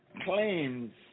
claims